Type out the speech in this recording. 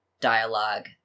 dialogue